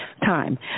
Time